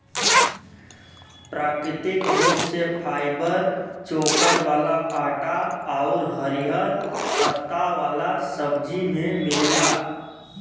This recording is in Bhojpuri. प्राकृतिक रूप से फाइबर चोकर वाला आटा आउर हरिहर पत्ता वाला सब्जी में मिलेला